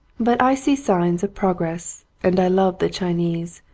but i see signs of progress and i love the chinese.